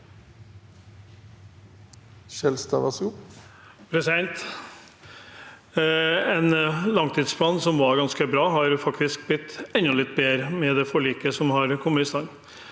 Skjelstad (V) En langtidsplan som var ganske bra, har faktisk blitt enda litt bedre med det forliket som har kommet i stand.